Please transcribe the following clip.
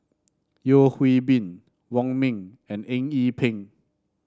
Yeo Hwee Bin Wong Ming and Eng Yee Peng